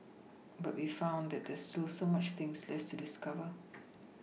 but we found that there is still so much things left to discover